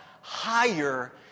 higher